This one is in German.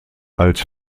als